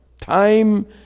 Time